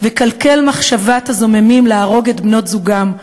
וקלקל מחשבת הזוממים להרוג את בנות-זוגם,